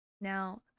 Now